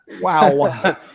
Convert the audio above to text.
wow